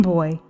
Boy